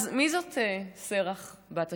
אז מי זאת שרח בת אשר?